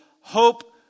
hope